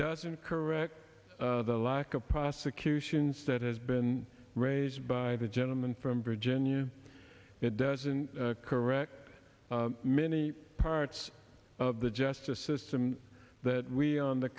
doesn't correct the lack of prosecutions that has been raised by the gentleman from virginia it doesn't correct many parts of the justice system that we on the